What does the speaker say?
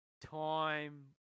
time